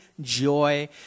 joy